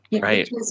Right